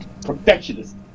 perfectionist